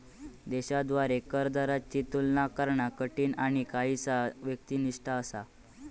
देशांद्वारा कर दरांची तुलना करणा कठीण आणि काहीसा व्यक्तिनिष्ठ असा